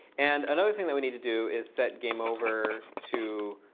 and another thing that we need to do is set game over to